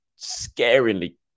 scaringly